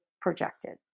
projected